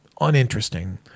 uninteresting